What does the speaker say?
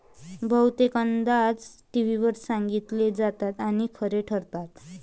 बहुतेक अंदाज टीव्हीवर सांगितले जातात आणि खरे ठरतात